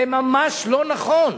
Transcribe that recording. זה ממש לא נכון,